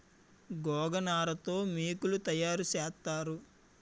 గోగనార తో మోకులు తయారు సేత్తారు